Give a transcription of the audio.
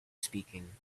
speaking